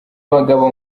abagabo